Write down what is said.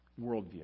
worldview